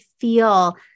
feel